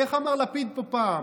איך אמר לפיד פה פעם?